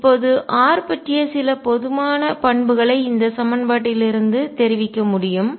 இப்போது r பற்றிய சில பொதுவான பண்புகளை இந்த சமன்பாட்டிலிருந்து தெரிவிக்க முடியும்